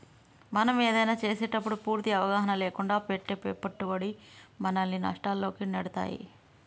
మనం ఏదైనా చేసేటప్పుడు పూర్తి అవగాహన లేకుండా పెట్టే పెట్టుబడి మనల్ని నష్టాల్లోకి నెడతాయి